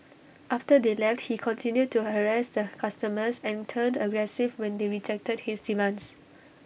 after they left he continued to harass the customers and turned aggressive when they rejected his demands